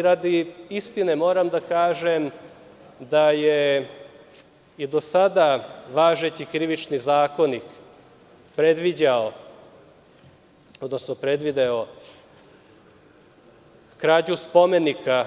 Radi istine moram da kažem da je i do sada važeći Krivični zakonik predviđao, odnosno predvideo krađu spomenika